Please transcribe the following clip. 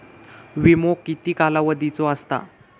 विमो किती कालावधीचो असता?